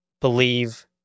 believe